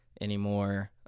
anymore